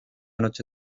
noche